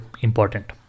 important